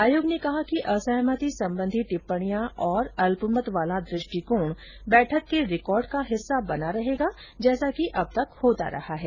आयोग ने कहा कि असहमति संबंधी टिप्पणियां और अल्पमत वाला दुष्टिकोण बैठक के रिकॉर्ड का हिस्सा बना रहेगा जैसा कि अब तक होता रहा है